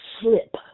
slip